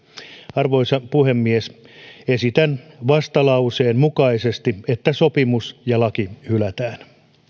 arvoisa puhemies esitän vastalauseen mukaisesti että sopimus ja laki hylätään